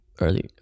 early